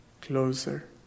closer